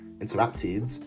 interrupted